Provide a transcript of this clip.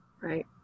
Right